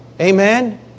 Amen